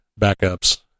backups